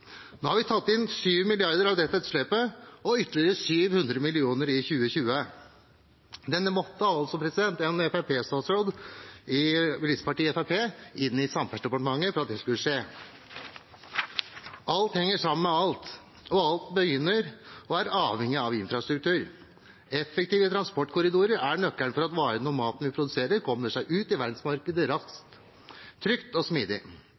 Nå har vi tatt inn 7 mrd. kr av det etterslepet, og ytterligere 700 mill. kr skal tas i 2020. Det måtte altså en statsråd fra bilistpartiet Fremskrittspartiet inn i Samferdselsdepartementet for at det skulle skje. Alt henger sammen med alt, og alt begynner med og er avhengig av infrastruktur. Effektive transportkorridorer er nøkkelen for at varene og maten vi produserer, kommer ut i verdensmarkedet raskt, trygt og smidig.